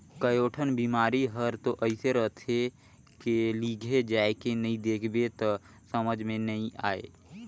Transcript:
कयोठन बिमारी हर तो अइसे रहथे के लिघे जायके नई देख बे त समझे मे नई आये